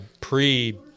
pre